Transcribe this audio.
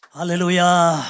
Hallelujah